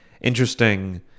interesting